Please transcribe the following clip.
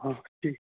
آ ٹھیٖک